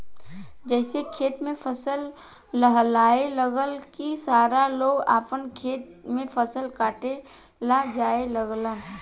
जइसे खेत में फसल लहलहाए लागल की सारा लोग आपन खेत में फसल काटे ला जाए लागल